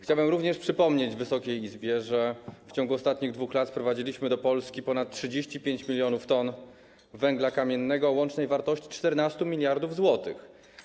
Chciałbym również przypomnieć Wysokiej Izbie, że w ciągu ostatnich 2 lat sprowadziliśmy do Polski ponad 35 mln t węgla kamiennego o łącznej wartości 14 mld zł.